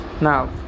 Now